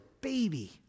baby